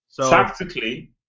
Tactically